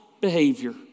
behavior